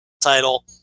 title